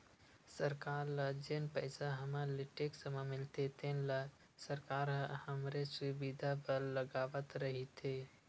सरकार ल जेन पइसा हमर ले टेक्स म मिलथे तेन ल सरकार ह हमरे सुबिधा बर लगावत रइथे